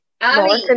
Ali